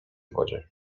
wodzie